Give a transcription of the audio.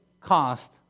cost